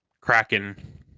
Kraken